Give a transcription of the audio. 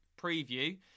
preview